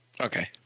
Okay